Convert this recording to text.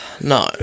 No